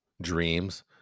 dreams